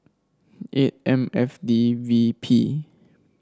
eight M F D V P